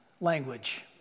language